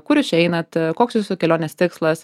kur jūs čia einat koks jūsų kelionės tikslas